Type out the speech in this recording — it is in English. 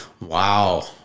Wow